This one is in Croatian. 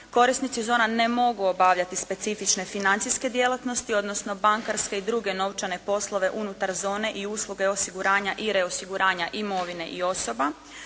Korisnici zona ne mogu obavljati specifične financijske djelatnosti odnosno bankarske i druge novčane poslove unutar zone i usluge osiguranja i reosiguranja imovine i osoba.